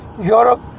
Europe